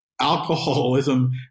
alcoholism